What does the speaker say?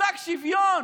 המושג "שוויון"